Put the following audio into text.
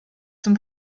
zum